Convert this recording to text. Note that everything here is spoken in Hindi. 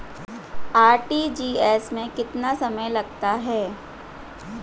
आर.टी.जी.एस में कितना समय लगता है?